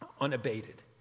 unabated